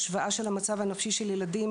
השוואה של המצב הנפשי של הילדים.